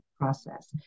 process